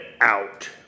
out